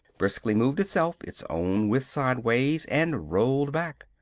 briskly moved itself its own width sidewise, and rolled back.